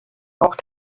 auch